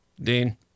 Dean